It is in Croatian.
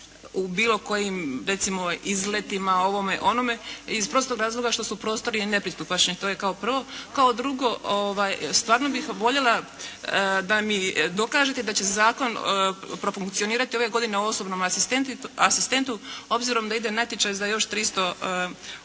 u bilo kojim recimo izletima, ovome, onome iz prostog razloga što su prostori nepristupačni. To je kao prvo. Kao drugo, stvarno bih voljela da mi dokažete da će zakon profunkcionirati ove godine osobnom asistentu, obzirom da ide natječaj za još 300 osoba